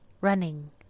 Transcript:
Running